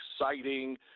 exciting